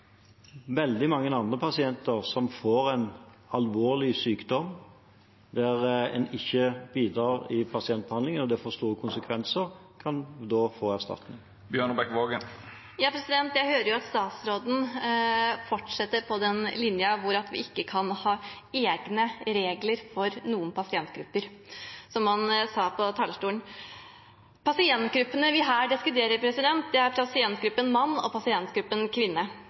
veldig mange andre pasienter som får en alvorlig sykdom som ikke skyldes pasientbehandlingen, og det får store konsekvenser, som da kan få erstatning. Jeg hører at statsråden fortsetter på den linjen med at vi ikke kan ha egne regler for noen pasientgrupper, som han sa fra talerstolen. Pasientgruppene vi her diskuterer, er pasientgruppen «mann» og pasientgruppen